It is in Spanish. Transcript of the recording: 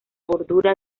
bordura